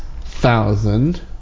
thousand